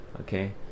Okay